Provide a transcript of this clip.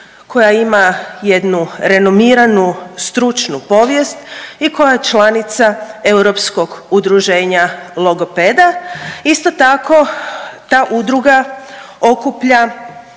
koja ima jednu renomiranu stručnu povijest i koja je članica Europskog udruženja logopeda. Isto tako ta udruga okuplja